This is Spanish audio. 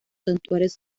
santuarios